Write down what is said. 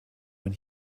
when